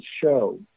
show